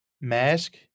mask